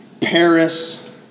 Paris